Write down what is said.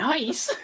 Nice